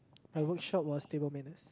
my workshop was table manners